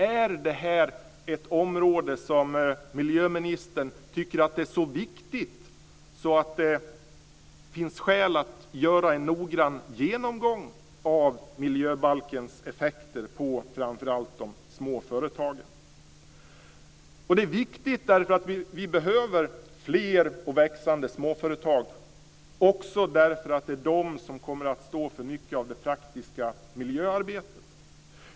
Är det här ett område som miljöministern tycker är så viktigt att det finns skäl att göra en noggrann genomgång av miljöbalkens effekter på framför allt de små företagen? Det är viktigt därför att vi behöver fler och växande småföretag och också för att de kommer att stå för mycket av det praktiska miljöarbetet.